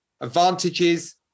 advantages